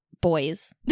boys